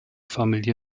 familie